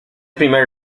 primer